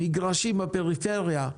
מגרשים בפריפריה,